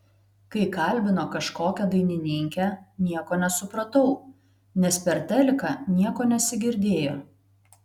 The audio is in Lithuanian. kai kalbino kažkokią dainininkę nieko nesupratau nes per teliką nieko nesigirdėjo